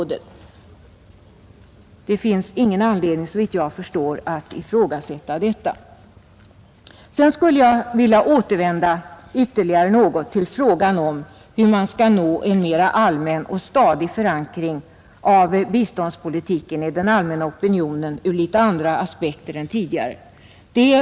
Det finns ingen anledning, såvitt jag förstår, att ifrågasätta den saken. Jag återvänder sedan till frågan om hur vi skall kunna nå en mera allmän och stadig förankring av biståndspolitiken i den allmänna opinionen. Jag vill belysa den frågan ur litet andra aspekter än vad som skett tidigare här.